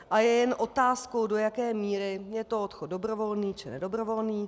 A je jen otázkou, do jaké míry je to odchod dobrovolný, či nedobrovolný.